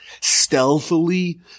stealthily